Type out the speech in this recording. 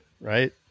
right